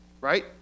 right